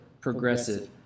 progressive